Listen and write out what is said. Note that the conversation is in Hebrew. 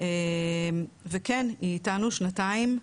וכן היא איתנו שנתיים,